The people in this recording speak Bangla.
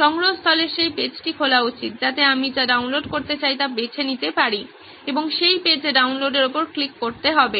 সংগ্রহস্থলের সেই পেজটি খোলা উচিত যাতে আমি যা ডাউনলোড করতে চাই তা বেছে নিতে পারি এবং সেই পেজে ডাউনলোডের উপর ক্লিক করতে হবে